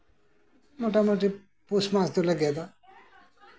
ᱢᱳᱴᱟ ᱢᱩᱴᱤ ᱯᱩᱥ ᱢᱟᱥ ᱫᱚᱞᱮ